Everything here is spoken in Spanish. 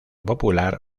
popular